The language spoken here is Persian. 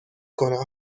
کنم